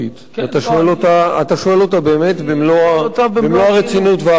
אתה שואל אותה באמת במלוא הרצינות והאחריות,